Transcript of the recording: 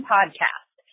Podcast